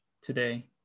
today